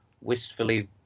wistfully